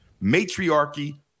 matriarchy